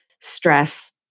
stress